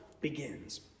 begins